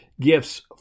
gifts